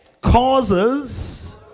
causes